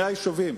היישובים.